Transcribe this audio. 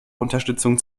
unterstützung